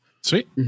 Sweet